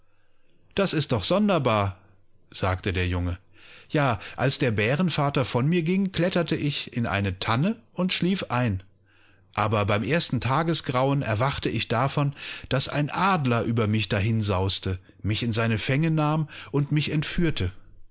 das ist doch sonderbar sagtederjunge ja alsderbärenvatervonmirging kletterteich in eine tanne und schlief ein aber beim ersten tagesgrauen erwachte ich davon daß ein adler über mich dahinsauste mich in seine fänge nahm und mich entführte